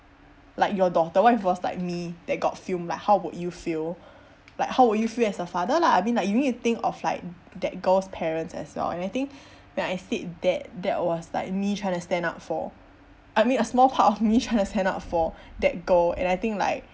like your daughter what if it was like me that got filmed like how would you feel like how would you feel as a father lah I mean like you need to think of like that girl's parents as well and I think when I said that that was like me trying to stand up for I mean a small part of me trying to stand up for that girl and I think like